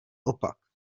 opak